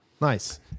nice